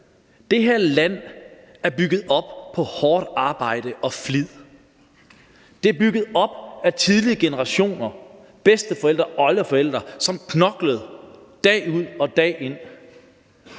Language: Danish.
det her land er bygget op på hårdt arbejde og flid, det er bygget op af tidligere generationer, bedsteforældre, oldeforældre, som knoklede dag ud og dag ind.